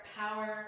power